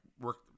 work